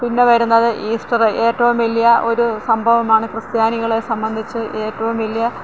പിന്നെ വരുന്നത് ഈസ്റ്ററ് ഏറ്റവും വലിയ ഒരു സംഭവമാണ് ക്രിസ്ത്യാനികളെ സംബന്ധിച്ച് ഏറ്റവും വലിയ